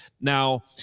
Now